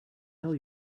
tell